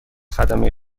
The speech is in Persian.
خدمه